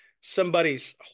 somebody's